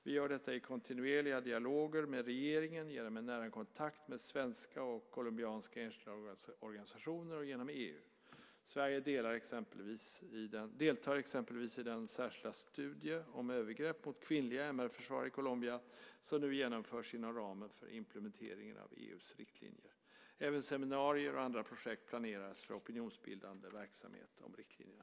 Vi gör detta i kontinuerliga dialoger med regeringen, genom en nära kontakt med svenska och colombianska enskilda organisationer och genom EU. Sverige deltar exempelvis i den särskilda studie om övergrepp mot kvinnliga MR-försvarare i Colombia som nu genomförs inom ramen för implementeringen av EU:s riktlinjer. Även seminarier och andra projekt planeras för opinionsbildande verksamhet om riktlinjerna.